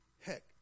Heck